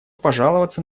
пожаловаться